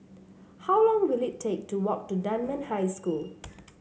how long will it take to walk to Dunman High School